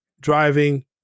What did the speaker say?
driving